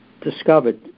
discovered